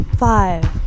Five